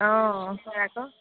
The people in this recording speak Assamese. অঁ হয় আকৌ